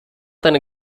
tan